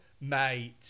mate